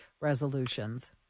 resolutions